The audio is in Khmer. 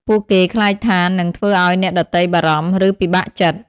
ពួកគេខ្លាចថានឹងធ្វើឱ្យអ្នកដទៃបារម្ភ ឬពិបាកចិត្ត។